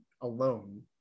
alone